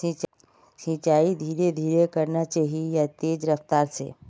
सिंचाई धीरे धीरे करना चही या तेज रफ्तार से?